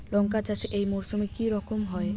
লঙ্কা চাষ এই মরসুমে কি রকম হয়?